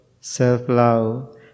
self-love